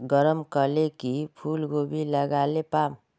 गरम कले की फूलकोबी लगाले पाम?